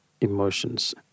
emotions